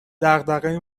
دغدغه